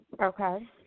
Okay